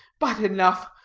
but, enough.